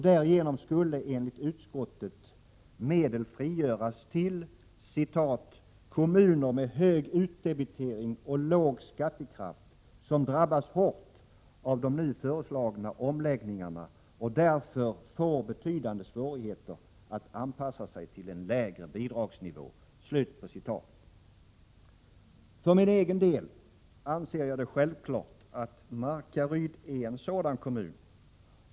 Därigenom skulle enligt utskottet medel frigöras till ”kommuner med hög utdebitering och låg skattekraft som drabbas hårt av de nu föreslagna omläggningarna och därför får betydande svårigheter att anpassa sig till en lägre bidragsnivå”. För min egen del anser jag att det är självklart att Markaryd är en sådan kommun.